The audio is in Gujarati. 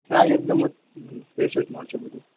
હા એકદમ જ ફ્રેશ જ મળશે બધું